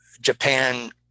japan